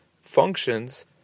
functions